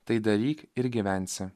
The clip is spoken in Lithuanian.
tai daryk ir gyvensi